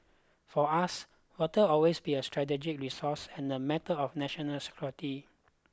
for us water always be a strategic resource and a matter of national security